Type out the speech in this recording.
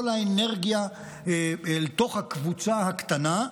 כל האנרגיה אל תוך הקבוצה הקטנה,